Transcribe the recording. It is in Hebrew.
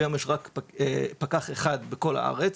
כי היום יש רק פקח אחד בכל הארץ,